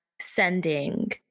Sending